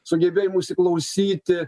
sugebėjimu įsiklausyti